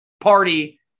party